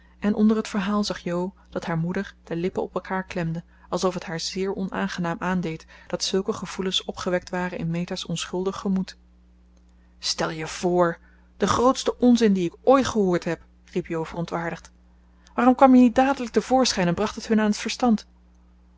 en onder het verhaal zag jo dat haar moeder de lippen op elkaar klemde alsof het haar zeer onaangenaam aandeed dat zulke gevoelens opgewekt waren in meta's onschuldig gemoed stel je voor de grootste onzin dien ik ooit gehoord heb riep jo verontwaardigd waarom kwam je niet dadelijk te voorschijn en bracht het hun aan het verstand